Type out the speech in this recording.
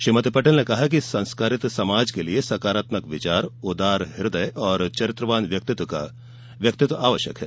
श्रीमती पटेल ने कहा कि संस्कारित समाज के लिए सकारात्मक विचार उदार हृदय और चरित्रवान व्यक्तित्व आवश्यक है